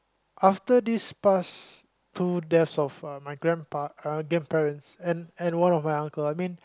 after this past two deaths of uh my grandpa uh grandparents and and one of my uncle I mean